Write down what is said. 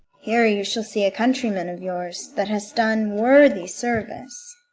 here you shall see a countryman of yours that has done worthy service.